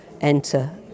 enter